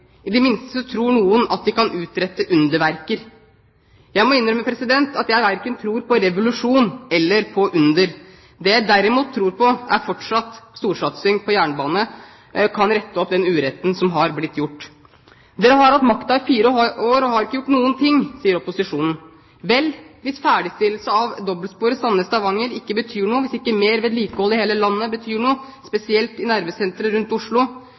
I det minste tror noen at de kan utrette underverker. Jeg må innrømme at jeg verken tror på revolusjon eller på under. Det jeg derimot tror på, er fortsatt at storsatsing på jernbane kan rette opp den uretten som er gjort. Dere har hatt makta i fire år, og dere har ikke gjort noen ting, sier opposisjonen. Hvis ferdigstillelse av dobbeltsporet Sandnes–Stavanger ikke betyr noe, hvis mer vedlikehold i hele landet ikke betyr noe – spesielt i nervesenteret rundt Oslo